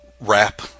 wrap